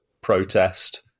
protest